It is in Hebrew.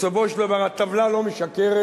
בסופו של דבר הטבלה לא משקרת,